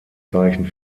zeichen